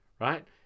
right